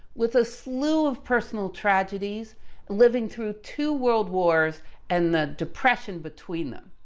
with a slew of personal tragedies living through two world wars and the depression between them.